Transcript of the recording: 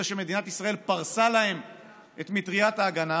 שמדינת ישראל פרסה עליהם את מטריית ההגנה,